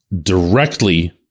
directly